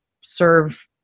serve